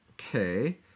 okay